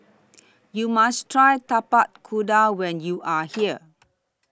YOU must Try Tapak Kuda when YOU Are here